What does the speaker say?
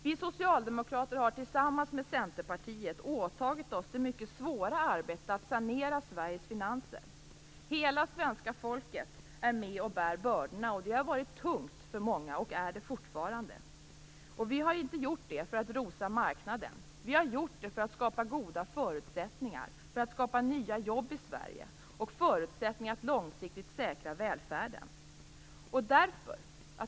Vi socialdemokrater har tillsammans med Centerpartiet åtagit oss det mycket svåra arbetet att sanera Sveriges finanser. Hela svenska folket är med och bär bördorna. Det har varit tungt för många, och är det fortfarande. Vi har inte gjort det för att rosa marknaden. Vi har gjort det för att skapa goda förutsättningar för att skapa nya jobb i Sverige och långsiktigt säkra välfärden.